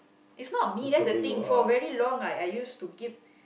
is not me that's the thing for very long right I used to keep